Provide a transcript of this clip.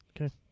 Okay